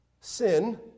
Sin